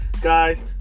Guys